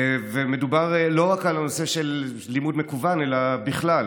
לא מדובר רק על הנושא של לימוד מקוון, אלא בכלל.